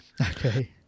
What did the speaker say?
Okay